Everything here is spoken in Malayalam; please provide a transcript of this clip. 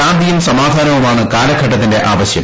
ശാന്തിയും സമാധാനവുമാണ് കാലഘട്ടത്തിന്റെ ആവശ്യം